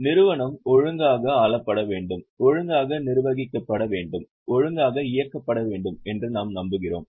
நிறுவனம் ஒழுங்காக ஆளப்பட வேண்டும் ஒழுங்காக நிர்வகிக்கப்பட வேண்டும் ஒழுங்காக இயக்கப்பட வேண்டும் என்று நாம் விரும்புகிறோம்